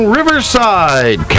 Riverside